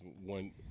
one